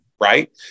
right